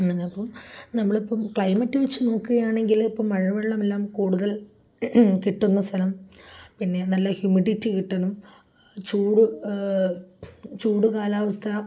അപ്പോള് നമ്മളിപ്പോള് ക്ലൈമറ്റ് വച്ചുനോക്കുകയാണെങ്കില് ഇപ്പോള് മഴവെള്ളമെല്ലാം കൂടുതൽ കിട്ടുന്ന സ്ഥലം പിന്നെ നല്ല ഹ്യൂമിഡിറ്റി കിട്ടണം ചൂട് ചൂട് കാലാവസ്ഥ